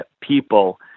people